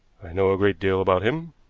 i know a great deal about him.